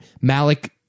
Malik